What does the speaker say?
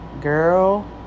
Girl